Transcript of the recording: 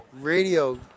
radio